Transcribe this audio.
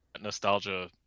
nostalgia